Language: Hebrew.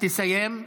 תסיים.